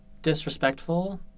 disrespectful